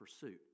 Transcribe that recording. pursuit